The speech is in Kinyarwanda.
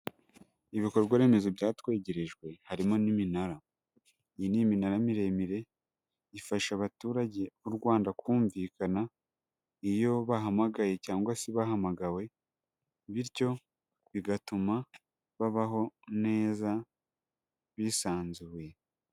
Ibikorwa remezo byatwegerejwe harimo n'iminara. Iyi ni iminara miremire ifasha abaturage b'u Rwanda kumvikana iyo bahamagaye cyangwa se bahamagawe bityo bigatuma babaho neza bisanzuye.